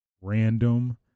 random